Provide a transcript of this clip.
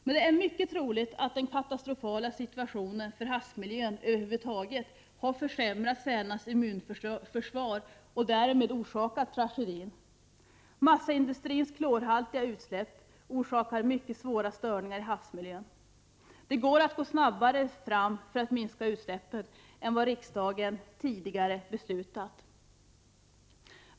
Det är dock mycket troligt att den katastrofala situationen för havsmiljön över huvud taget har försämrat sälarnas immunförsvar och därmed orsakat tragedin. Massaindustrins klorhaltiga utsläpp orsakar mycket svåra störningar i havsmiljön. Det är möjligt att gå snabbare fram för att minska utsläppen än vad riksdagen tidigare beslutat.